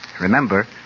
Remember